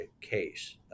case